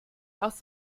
aus